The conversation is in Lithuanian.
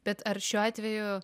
bet ar šiuo atveju